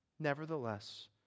Nevertheless